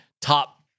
top